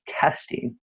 testing